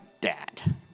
dad